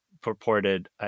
purported